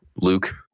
Luke